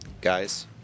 guys